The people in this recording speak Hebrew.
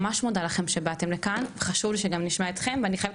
אני ממש מודה לכם שבאתם לכאן ואני חייבת